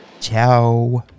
Ciao